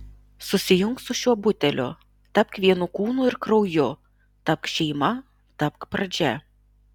susijunk su šiuo buteliu tapk vienu kūnu ir krauju tapk šeima tapk pradžia